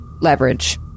leverage